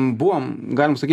buvom galim sakyt